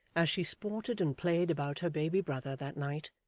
as she sported and played about her baby brother that night,